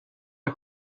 och